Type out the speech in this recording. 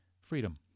freedom